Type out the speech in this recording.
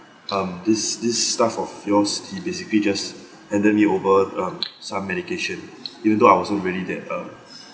um this this staff of yours he basically just handed me over um some medication even though I wasn't really that um